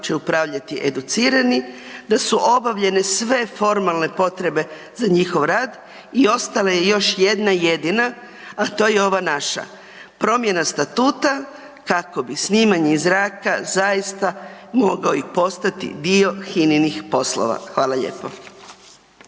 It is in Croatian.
će upravljati educiranim, da su obavljene sve formalne potrebe za njihov rad i ostala je još jedna jedina a to je ova naša promjena statuta kako bi snimanje iz zraka zaista mogao i postati dio HINA-inih poslova. Hvala lijepo.